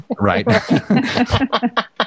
Right